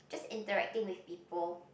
just interacting with people